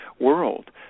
world